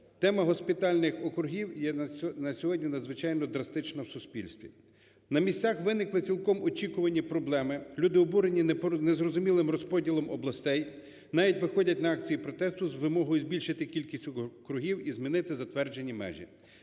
тема госпітальних округів є на сьогодні надзвичайно драстична в суспільстві. На місцях виникли цілком очікувані проблеми, люди обурені незрозумілим розподілом областей, навіть виходять на акції протесту з вимогою збільшити кількість округів і змінити затверджені межі.